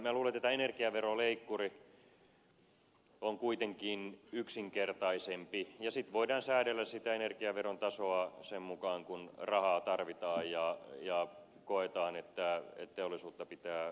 minä luulen että tämä energiaveroleikkuri on kuitenkin yksinkertaisempi ja sitten voidaan säädellä sitä energiaveron tasoa sen mukaan kuin rahaa tarvitaan ja koetaan että teollisuutta pitää veroilla rasittaa